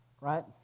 right